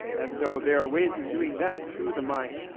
and so there are ways of doing that through the mind.